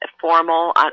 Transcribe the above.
formal